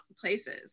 places